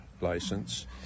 license